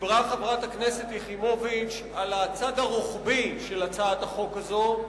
דיברה חברת הכנסת יחימוביץ על הצד הרוחבי של הצעת החוק הזאת.